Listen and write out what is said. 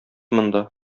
монда